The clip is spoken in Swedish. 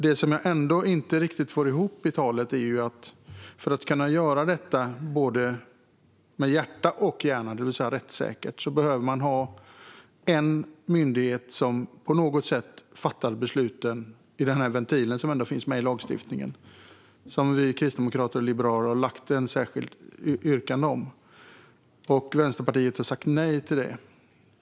Det som jag ändå inte riktigt får ihop här är att för att kunna göra detta med både hjärta och hjärna, det vill säga rättssäkert, behöver man ha en myndighet som på något sätt fattar besluten i den här ventilen som finns med i lagstiftningen och som vi kristdemokrater och liberaler har lagt fram ett särskilt yrkande om. Vänsterpartiet har sagt nej till det.